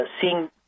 seeing